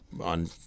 on